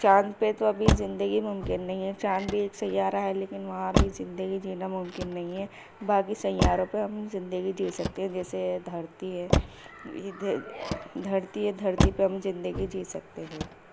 چاند پہ تو ابھی زندگی ممکن نہیں ہے چاند بھی ایک سیّارہ ہے لیکن وہاں بھی زندگی جینا ممکن نہیں ہے باقی سیّاروں پہ ہم زندگی جی سکتے جیسے دھرتی ہے دھرتی ہے دھرتی پہ ہم زندگی جی سکتے ہیں